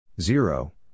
zero